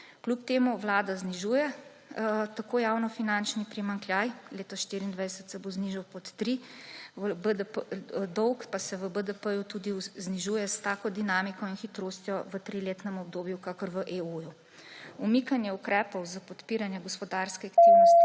Kljub temu Vlada znižuje javnofinančni primanjkljaj, leta 2024 se bo znižal pod tri, dolg pa se v BDP tudi znižuje s takšno dinamiko in hitrostjo v triletnem obdobju kakor v EU. Umikanje ukrepov za podpiranje gospodarske aktivnosti